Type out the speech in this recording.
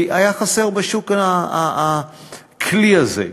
כי היה חסר בשוק הכלי הזה.